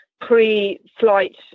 pre-flight